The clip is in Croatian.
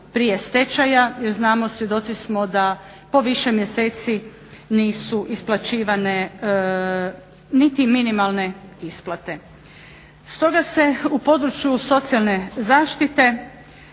prije stečaja jer znamo, svjedoci smo da po više mjeseci nisu isplaćivane niti minimalne isplate. Stoga se u području socijalne zaštite